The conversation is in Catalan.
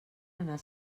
anar